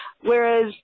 Whereas